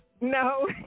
No